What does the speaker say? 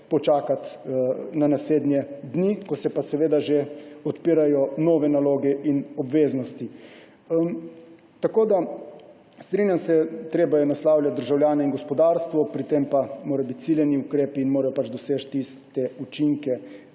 počakati na naslednje dni, ko se pa seveda že odpirajo nove naloge in obveznosti. Strinjam se, treba je naslavljati državljane in gospodarstvo, pri tem pa morajo biti ukrepi ciljani in morajo doseči tiste učinke,